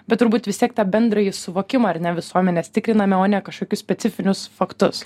bet turbūt vis tiek tą bendrąjį suvokimą ar ne visuomenės tikriname o ne kažkokius specifinius faktus